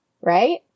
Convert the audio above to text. right